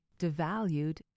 devalued